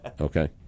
Okay